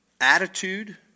attitude